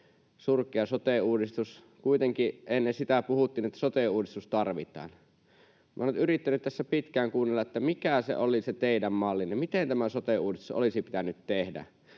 surkea sote-uudistus, niin kuitenkin ennen sitä puhuttiin, että sote-uudistus tarvitaan. Minä olen nyt yrittänyt tässä pitkään kuunnella, mikä oli se teidän mallinne, miten tämä sote-uudistus olisi pitänyt tehdä.